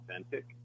authentic